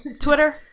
Twitter